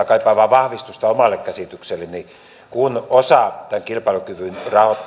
kaipaan vain vahvistusta omalle käsitykselleni kun osa tämän kilpailukyvyn